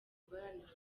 guharanira